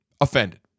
offended